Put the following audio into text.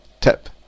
tip